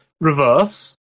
reverse